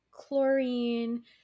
chlorine